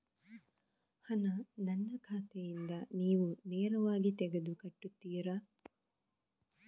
ಹಣ ನನ್ನ ಖಾತೆಯಿಂದ ನೀವು ನೇರವಾಗಿ ತೆಗೆದು ಕಟ್ಟುತ್ತೀರ?